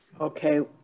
Okay